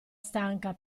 stanca